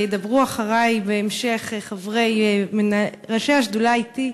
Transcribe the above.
וידברו אחרי בהמשך ראשי השדולה אתי,